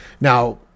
now